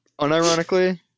unironically